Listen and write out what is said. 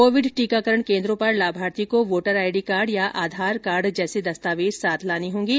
Covid टीकाकरण केन्द्रों पर लाभार्थी को वोटर आई कार्ड या आधार कार्ड जैसे दस्तावेज साथ लाने होंगे